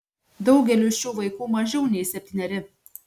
daugeliui šių vaikų mažiau nei septyneri